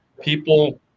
people